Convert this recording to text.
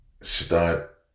start